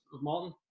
Martin